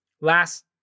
last